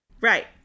Right